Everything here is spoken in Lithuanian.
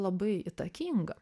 labai įtakinga